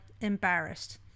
embarrassed